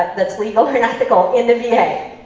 that's legal and ethical. in the va,